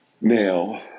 now